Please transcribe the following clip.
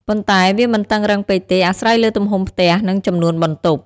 ប៉ុន្តែវាមិនតឹងរ៉ឹងពេកទេ អាស្រ័យលើទំហំផ្ទះ និងចំនួនបន្ទប់។